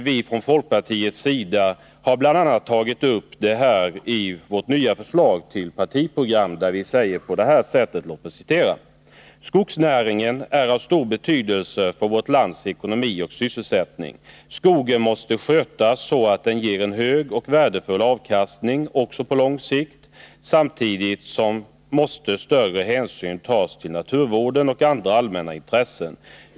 Vi i folkpartiet har bl.a. tagit upp detta i vårt förslag till nytt partiprogram, där vi anför: ”Skogsnäringen är av stor betydelse för vårt lands ekonomi och sysselsättning. Skogen måste skötas så att den ger en hög och värdefull avkastning också på lång sikt. Samtidigt måste större hänsyn tas till naturvården och andra allmänna intressen.